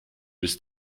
bis